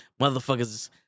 motherfuckers